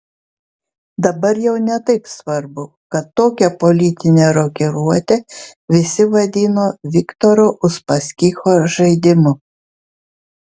dabar jau ne taip svarbu kad tokią politinę rokiruotę visi vadino viktoro uspaskicho žaidimu